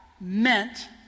meant